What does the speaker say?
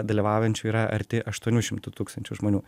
dalyvaujančių yra arti aštuonių šimtų tūkstančių žmonių